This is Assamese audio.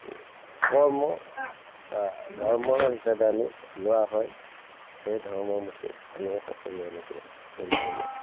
কৰ্ম বা ধৰ্ম হিচাপে আমি লোৱা হয় সেই ধৰ্ম মতেই আমি সকলোৱে এনেকেই চলি মেলি